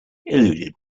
eluded